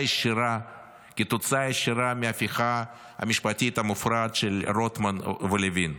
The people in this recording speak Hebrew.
ישירה מההפיכה המשפטית המופרעת של רוטמן ולוין.